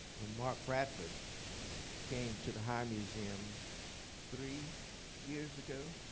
when mark bradford came to the high museum three years ago,